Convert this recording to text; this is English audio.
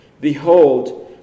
Behold